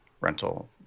rental